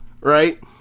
right